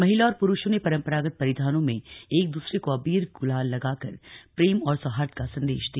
महिला और पुरुषों ने परंपरागत परिधानों में एक दूसरे को अबीर गुलाल लगाकर प्रेम और सौहार्द का संदेश दिया